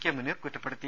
K Muneer കുറ്റപ്പെടുത്തി